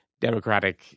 democratic